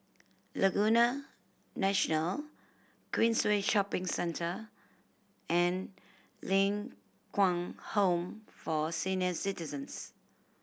Laguna National Queensway Shopping Centre and Ling Kwang Home for Senior Citizens